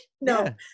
No